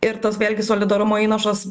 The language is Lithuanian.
ir tas vėlgi solidarumo įnašas